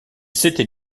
s’était